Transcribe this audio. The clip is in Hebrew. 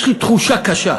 יש לי תחושה קשה,